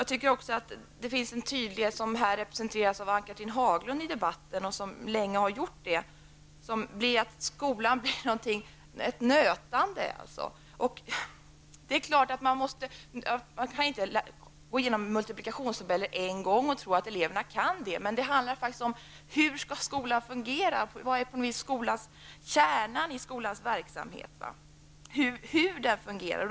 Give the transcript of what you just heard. Det finns också en tydlighet som i debatten länge har representerats av Ann-Cathrine Haglund och som betyder att skolan blir ett nötande. Det är klart att man inte kan gå igenom multiplikationstabellen en gång och tro att eleverna kan den, men det handlar om hur skolan skall fungera. Vad är kärnan i skolans verksamhet och hur fungerar den?